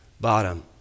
bottom